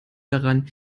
daran